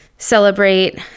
celebrate